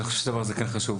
אני חושב שהדבר הזה כן חשוב.